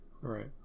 Right